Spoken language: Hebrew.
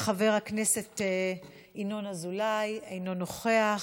חבר הכנסת ינון אזולאי, אינו נוכח.